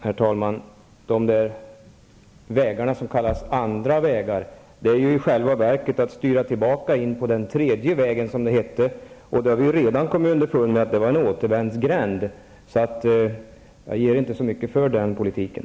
Herr talman! Att gå de vägar som kallas andra vägar är i själva verket att styra tillbaka in på den tredje vägen, som det hette. Vi har redan kommit underfund med att det var en återvändsgränd. Jag ger inte så mycket för den politiken.